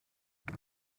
and